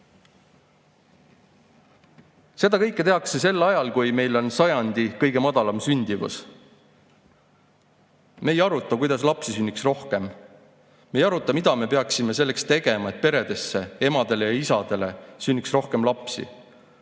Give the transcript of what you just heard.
kõike tehakse sel ajal, kui meil on sajandi kõige madalam sündimus. Me ei aruta, kuidas lapsi sünniks rohkem, me ei aruta, mida me peaksime selleks tegema, et peredesse, emadele ja isadele sünniks rohkem lapsi.